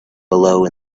below